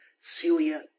Celia